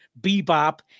bebop